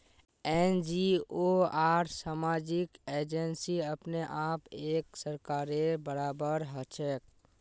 NGO आर सामाजिक agency अपने आप एक सरकारेर बराबर हछेक